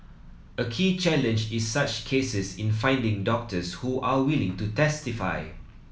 a key challenge in such cases in finding doctors who are willing to testify